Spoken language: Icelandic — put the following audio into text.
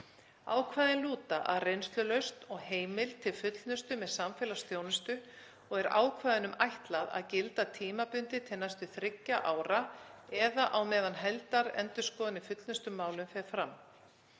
Ákvæðin lúta að reynslulausn og heimild til fullnustu með samfélagsþjónustu og er ákvæðunum ætlað að gilda tímabundið til næstu þriggja ára eða á meðan heildarendurskoðun í fullnustumálum fer fram.